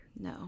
No